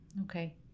Okay